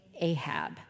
Ahab